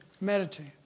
Meditate